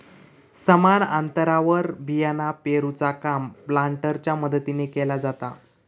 समान अंतरावर बियाणा पेरूचा काम प्लांटरच्या मदतीने केला जाता